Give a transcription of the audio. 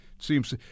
Seems